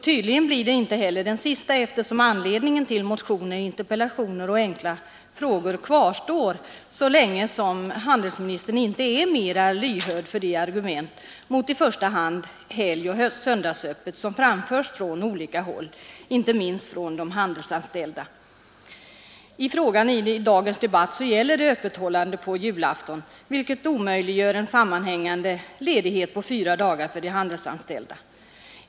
Tydligen blir det inte heller den sista, eftersom anledningen till motioner, interpellationer och enkla frågor kvarstår så länge som handelsministern inte är mera lyhörd för de argument mot i första hand helgoch söndagsöppet som framförts från olika håll, inte minst från de handelsanställda. Dagens debatt gäller öppethållande på julafton, något som omöjliggör en sammanhängande ledighet på fyra dagar för de handelsanställda.